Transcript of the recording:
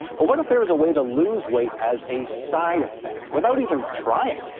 well what if there was a way to lose weight as a side effect, without even trying?